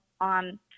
on